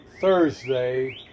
Thursday